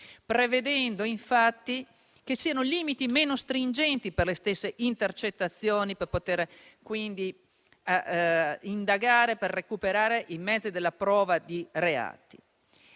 prevedendo che vi siano limiti meno stringenti per le stesse intercettazioni, per poter quindi indagare e recuperare i mezzi della prova di reati.